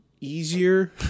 easier